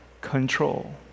control